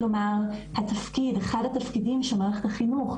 כלומר אחד התפקידים של מערכת החינוך,